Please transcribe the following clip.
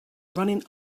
running